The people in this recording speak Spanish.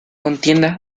contienda